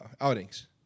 outings